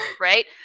Right